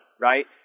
right